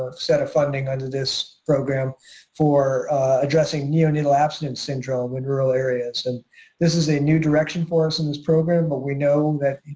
set of funding under this program for addressing neonatal abstinence syndrome in rural areas. and this is a new direction for us in this program, but we know that,